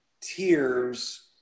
tears